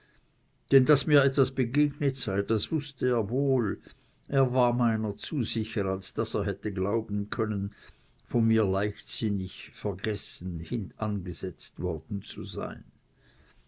denn daß mir etwas begegnet sei das wußte er wohl er war meiner zu sicher als daß er hätte glauben können von mir leichtsinnig vergessen hintangesetzt worden zu sein